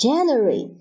January